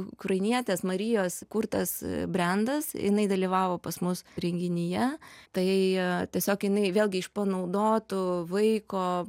ukrainietės marijos kurtas brendas jinai dalyvavo pas mus renginyje tai tiesiog jinai vėlgi iš panaudotų vaiko